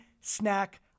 snack